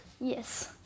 Yes